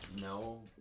no